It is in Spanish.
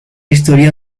historia